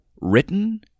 written